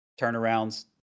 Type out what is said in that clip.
turnarounds